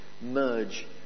merge